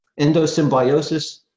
endosymbiosis